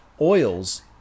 oils